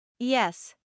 Yes